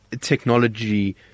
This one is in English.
technology